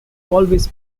always